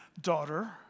daughter